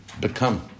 become